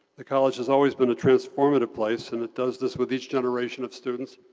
the college has always been a transformative place, and it does this with each generation of students.